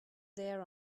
there